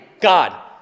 God